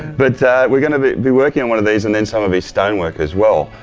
but we're going to be be working on one of these and then some of his stone work as well.